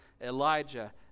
Elijah